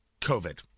COVID